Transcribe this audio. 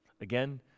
Again